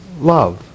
love